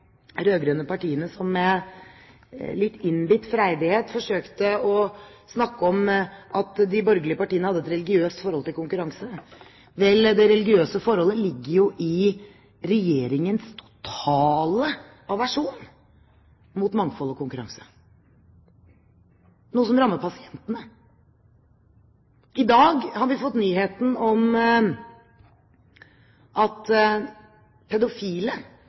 partiene som med litt innbitt freidighet forsøkte å snakke om at de borgerlige partiene hadde et religiøst forhold til konkurranse. Vel, det religiøse forholdet ligger jo i Regjeringens totale aversjon mot mangfold og konkurranse – noe som rammer pasientene. I dag har vi fått nyheten om at pedofile